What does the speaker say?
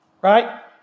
right